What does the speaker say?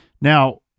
now